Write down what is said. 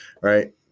right